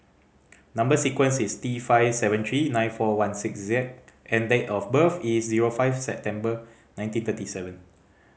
number sequence is T five seven three nine four one six Z and date of birth is zero five September nineteen thirty seven